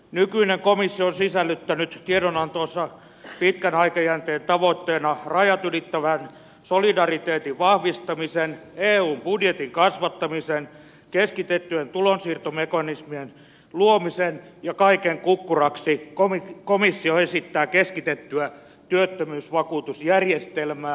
nykyinen komissio on sisällyttänyt tiedonantoonsa pitkän aikajänteen tavoitteena rajat ylittävän solidariteetin vahvistamisen eun budjetin kasvattamisen keskitettyjen tulonsiirtomekanismien luomisen ja kaiken kukkuraksi komissio esittää keskitettyä työttömyysvakuutusjärjestelmää